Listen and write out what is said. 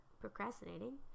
procrastinating